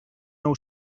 nou